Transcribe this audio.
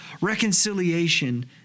reconciliation